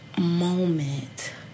moment